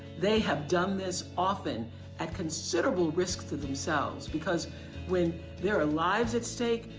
they have done this often at considerable risk to themselves because when there are lives at stake,